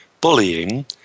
bullying